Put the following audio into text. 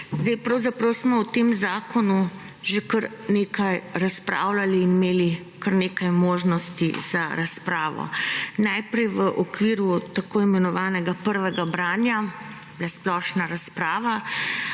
Zdaj pravzaprav smo o tem zakonu že kar nekaj razpravljali in imeli kar nekaj možnosti za razpravo. Najprej v okviru tako imenovanega prvega branja je bila splošna razprava,